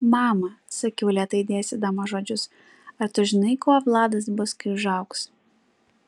mama sakiau lėtai dėstydama žodžius ar tu žinai kuo vladas bus kai užaugs